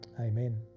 Amen